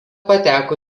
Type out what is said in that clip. pateko